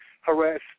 harass